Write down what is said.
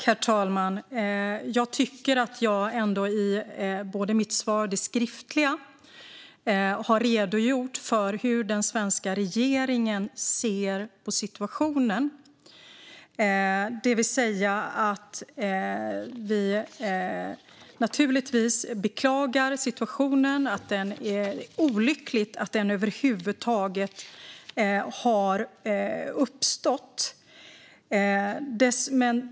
Herr talman! Jag redogjorde i mitt interpellationssvar för hur den svenska regeringen ser på situationen. Naturligtvis beklagar vi situationen och anser att det är olyckligt att den över huvud taget uppstått.